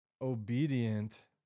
obedient